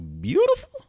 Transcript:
beautiful